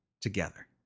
together